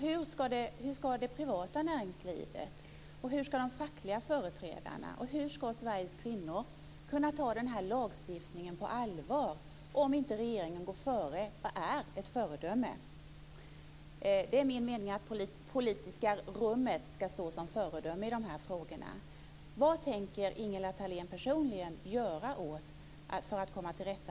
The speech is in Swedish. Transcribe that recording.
Hur ska det privata näringslivet, de fackliga företrädarna och Sveriges kvinnor kunna ta den här lagstiftningen på allvar om inte regeringen går före och är ett föredöme? Det är min mening att det politiska rummet ska stå som föredöme i de här frågorna.